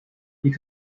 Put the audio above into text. you